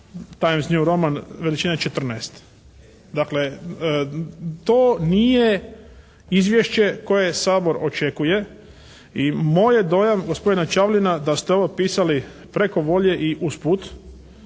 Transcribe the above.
Times New Roman veličine 14. Dakle to nije izvješće koje Sabor očekuje i moj je dojam gospodine Čavlina da ste ovo pisali preko volje i usput